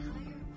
Higher